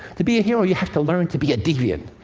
to be a hero, you have to learn to be a deviant,